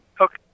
okay